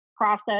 process